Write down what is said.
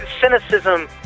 cynicism